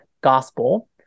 gospel